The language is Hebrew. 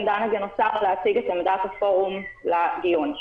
דנה גנוסר להציג את עמדת הפורום לדיון.